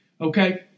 Okay